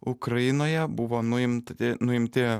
ukrainoje buvo nuimt nuimti